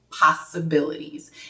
possibilities